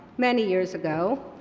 many years ago,